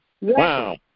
Wow